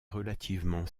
relativement